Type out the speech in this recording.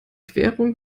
querung